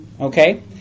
okay